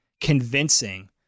convincing